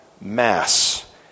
Mass